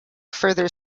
further